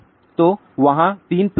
तो वहाँ तीन प्लॉट्स हैं